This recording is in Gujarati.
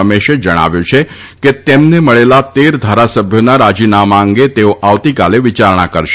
રમેશે જણાવ્યું છે કે તેમને મળેલા તેર ધારાસભ્યોના રાજીનામા અંગે તેઓ આવતીકાલે વિચારણા કરશે